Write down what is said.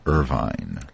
Irvine